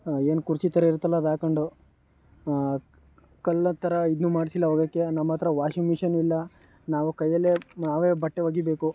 ಏನು ಕುರ್ಚಿ ಥರ ಇರುತ್ತಲ್ಲ ಅದು ಹಾಕಂಡು ಕಲ್ಲು ಥರ ಇದ್ನ ಮಾಡಿಸಿಲ್ಲ ಒಗೆಯೋಕ್ಕೆ ನಮ್ಮ ಹತ್ರ ವಾಷಿಂಗ್ ಮಿಷನ್ ಇಲ್ಲ ನಾವು ಕೈಯಲ್ಲೇ ನಾವೇ ಬಟ್ಟೆ ಒಗೀಬೇಕು